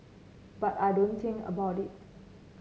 but I don't think about it